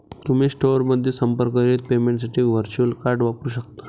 तुम्ही स्टोअरमध्ये संपर्करहित पेमेंटसाठी व्हर्च्युअल कार्ड वापरू शकता